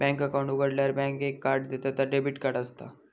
bank account उघाडल्यार bank एक card देता ता डेबिट कार्ड असता